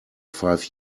five